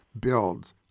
build